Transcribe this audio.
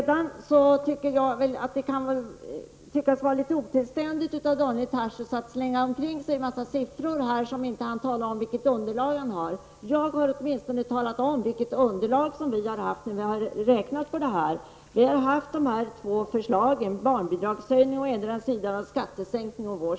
Det är otillständigt av Daniel Tarschys att slänga en massa siffror omkring sig utan att tala om vilket underlag han har. Jag har åtminstone talat om vilket underlag vi har haft när vi har räknat på våra förslag om barnbidragshöjningen och skattesänkningen.